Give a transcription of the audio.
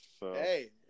Hey